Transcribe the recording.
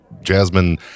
Jasmine